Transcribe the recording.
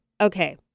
Okay